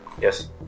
Yes